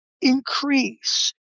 increase